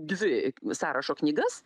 dvi sąrašo knygas